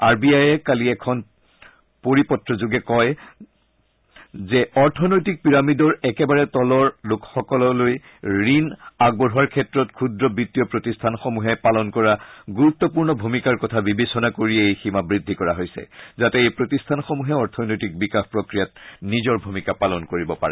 R B আয়ে কালি এখন পৰিপত্ৰযোগে কয় যে অৰ্থনৈতিক পিৰামিডৰ একেবাৰে তলৰ লোকসকললৈ ঋণ আগবঢ়োৱাৰ ক্ষেত্ৰত ক্ষুদ্ৰ বিত্তীয় প্ৰতিষ্ঠানসমূহে পালন কৰা গুৰুত্বপূৰ্ণ ভূমিকাৰ কথা বিবেচনা কৰিয়েই এই সীমা বৃদ্ধি কৰা হৈছে যাতে এই প্ৰতিষ্ঠানসমূহে অৰ্থনৈতিক বিকাশ প্ৰক্ৰিয়াত নিজৰ ভূমিকা পালন কৰিব পাৰে